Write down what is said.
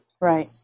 Right